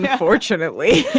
yeah fortunately,